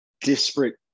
disparate